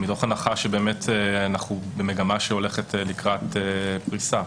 מתוך הנחה שאנחנו במגמה שהולכת לקראת פריסה.